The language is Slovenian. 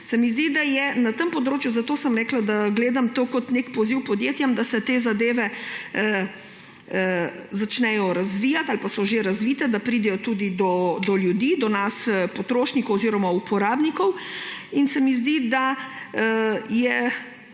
Se mi zdi, da je na tem področju, zato sem rekla, da gledam to kot na nek poziv podjetjem, da se te zadeve začnejo razvijati ali pa so že razvite, da pridejo tudi do ljudi, do nas, potrošnikov oziroma uporabnikov. Zdi se mi, da je